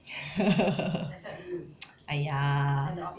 !aiya!